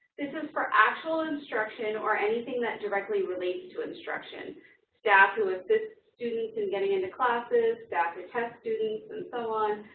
this is for actual instruction or anything that directly relates to instruction staff who assist students in getting into classes, staff who test students, and so on.